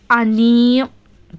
आनी